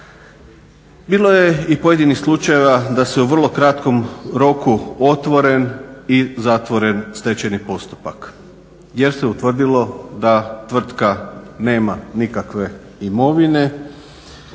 Bilo je i pojedinih slučajeva da se u vrlo krakom roku otvoren i zatvoren stečajni postupak jer se utvrdilo da tvrtka nema nikakve imovine.